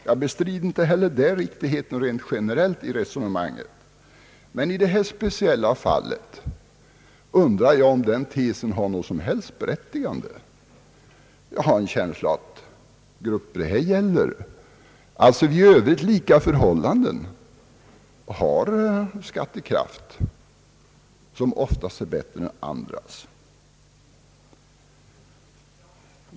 Jag bestrider inte heller rent generellt riktigheten av resonemanget om skatt efter förmåga, men jag undrar om den tesen har något som helst berättigande i detta speciella fall. Jag har en känsla av att den grupp det här gäller vid i övrigt lika förhållanden har en skattekraft som oftast är bättre än andras.